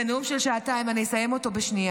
זה נאום של שעתיים, אני אסיים אותו בשנייה.